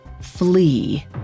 Flee